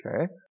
Okay